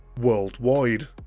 worldwide